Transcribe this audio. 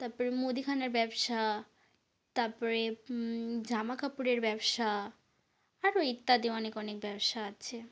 তাপ্পরে মুদিখানার ব্যবসা তারপরে জামা কাপড়ের ব্যবসা আরো ইত্যাদি অনেক অনেক ব্যবসা আছে